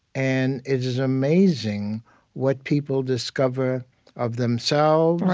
and it is amazing what people discover of themselves,